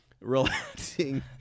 relaxing